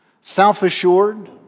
self-assured